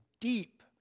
deep